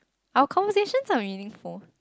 our conversations are meaningful